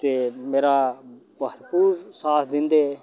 ते मेरा भरपूर साथ दिन्दे